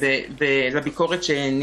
2 בפברואר 2021,